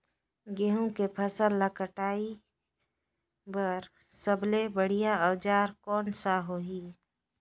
गहूं के फसल ला कटाई बार सबले बढ़िया औजार कोन सा होही?